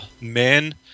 men